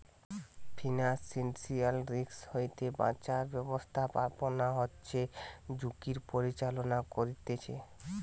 financial risk হইতে বাঁচার ব্যাবস্থাপনা হচ্ছে ঝুঁকির পরিচালনা করতিছে